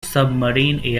submarine